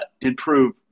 improve